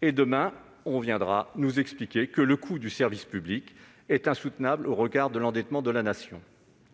Demain, on viendra nous expliquer que le coût du service public est insoutenable au regard de l'endettement de la Nation